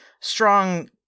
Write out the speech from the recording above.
strong